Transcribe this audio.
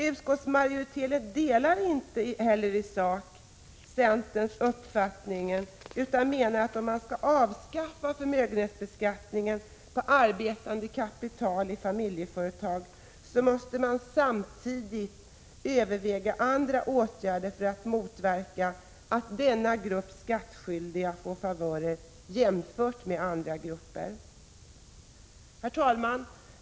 Utskottsmajoriteten delar inte heller i sak centerns uppfattning, utan menar att om man skall avskaffa förmögenhetsbeskattningen på arbetande kapital i familjeföretag, så måste man samtidigt överväga andra åtgärder för att motverka att denna grupp skattskyldiga får favörer jämfört med andra grupper. Herr talman!